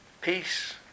peace